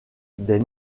des